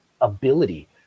ability